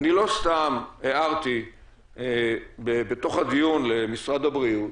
לא סתם הערתי בתוך הדיון למשרד הבריאות